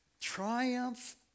Triumph